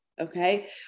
okay